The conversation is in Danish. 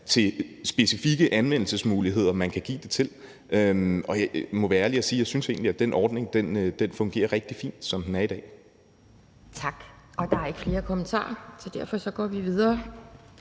er specifikke anvendelsesmuligheder, man kan give det til. Og jeg må være ærlig og sige, at jeg egentlig synes, at den ordning fungerer rigtig fint, som den er i dag. Kl. 12:26 Anden næstformand (Pia Kjærsgaard): Tak. Der er ikke flere kommentarer, så derfor går vi videre